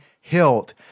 hilt